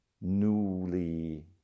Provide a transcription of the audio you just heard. newly